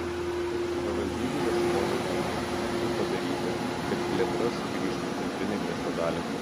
tad savivaldybė ieškojo būdų kaip padaryti kad plėtra sugrįžtų į centrinę miesto dalį